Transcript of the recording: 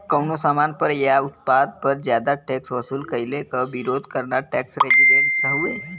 कउनो सामान पर या उत्पाद पर जादा टैक्स वसूल कइले क विरोध करना टैक्स रेजिस्टेंस हउवे